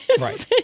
Right